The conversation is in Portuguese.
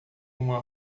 uma